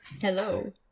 Hello